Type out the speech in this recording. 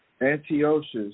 Antiochus